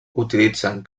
utilitzen